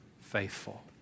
faithful